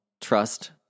Trust